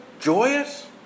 joyous